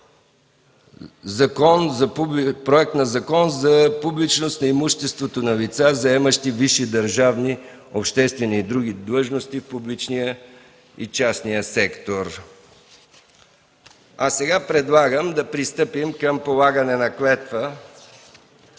проект на Закон за публичност на имуществото на лица, заемащи висши държавни, обществени и други длъжности в публичния и частния сектор. Предлагам да пристъпим към полагане на клетва.